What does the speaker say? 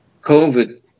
COVID